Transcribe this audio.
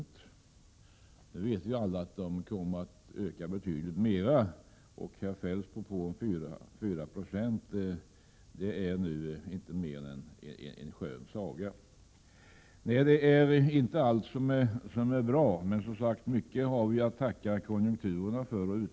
Nu vet vi alla att lönekostnaderna kommer att öka betydligt mer. Kjell-Olof Feldts propå om 4 96 är nu inte mer än en skön saga. Allt är alltså inte bra. Men mycket har vi att tacka konjunkturen för.